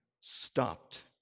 stopped